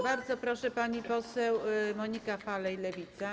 Bardzo proszę, pani poseł Monika Falej, Lewica.